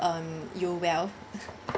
um you well